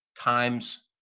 times